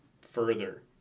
further